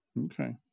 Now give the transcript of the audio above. Okay